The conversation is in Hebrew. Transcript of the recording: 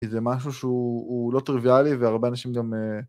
כי זה משהו שהוא לא טריוויאלי והרבה אנשים גם...